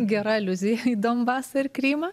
gera aliuzija į donbasą ir krymą